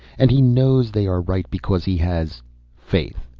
and he knows they are right because he has faith.